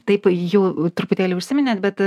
taip jau truputėlį užsiminėt bet